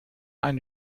eine